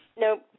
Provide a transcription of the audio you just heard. No